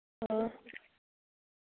हां